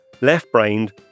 left-brained